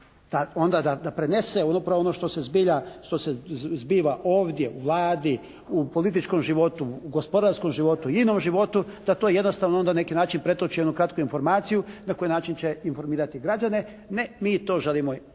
da onda prenese upravo ono što se zbiva ovdje u Vladi, u političkom životu, u gospodarskom životu, u inom životu, da to jednostavno onda na neki način pretočenu, kratku informaciju na koji način će informirati građane. Ne, mi to želimo